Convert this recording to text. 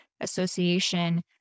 association